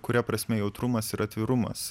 kuria prasme jautrumas ir atvirumas